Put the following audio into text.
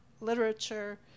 literature